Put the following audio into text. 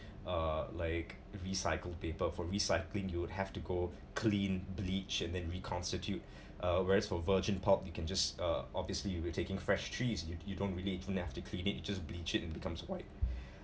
uh like recycled paper for recycling you have to go clean bleach and then reconstitute uh whereas for virgin pulp you can just uh obviously you will taking fresh trees you you don't really to have clean it you just bleach it it becomes white